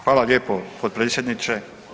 Hvala lijepo potpredsjedniče.